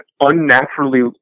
unnaturally